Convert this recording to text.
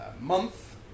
month